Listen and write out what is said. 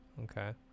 Okay